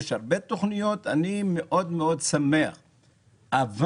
יש הרבה תכניות ואני מאוד מאוד שמח אבל